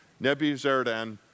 Nebuchadnezzar